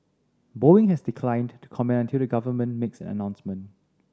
boeing has declined to comment until the government makes an announcement